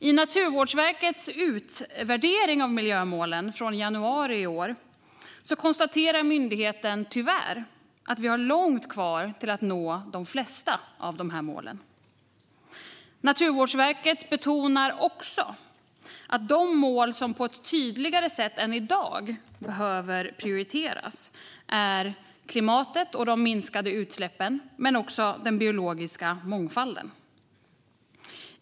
I Naturvårdsverkets utvärdering av miljömålen från januari i år konstaterar myndigheten tyvärr att vi har långt kvar till att nå de flesta av målen. Naturvårdsverket betonar också att de mål som på ett tydligare sätt än i dag behöver prioriteras är de mål som handlar om klimatet och de minskade utsläppen men också den biologiska mångfalden.